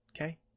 Okay